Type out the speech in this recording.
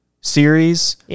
series